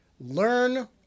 Learn